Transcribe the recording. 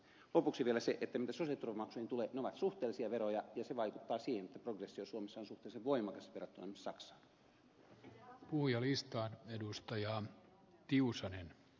lopuksi vielä se että mitä sosiaaliturvamaksuihin tulee ne ovat suhteellisia veroja ja se vaikuttaa siihen että progressio suomessa on suhteellisen voimakas verrattuna esimerkiksi saksaan